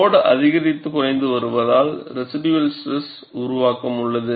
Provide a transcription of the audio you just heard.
load அதிகரித்து குறைந்து வருவதால் ரெசிடுயல் ஸ்ட்ரெஸ் உருவாக்கம் உள்ளது